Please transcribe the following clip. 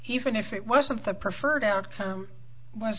even if it wasn't the preferred outcome was